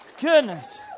Goodness